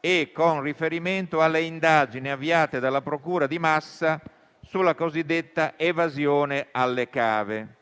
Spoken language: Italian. e con riferimento alle indagini avviate dalla procura di Massa sulla cosiddetta evasione alle cave.